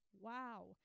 Wow